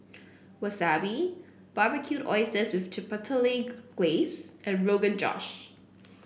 Wasabi Barbecued Oysters with Chipotle Glaze and Rogan Josh